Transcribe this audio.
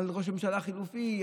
על ראש ממשלה חילופי,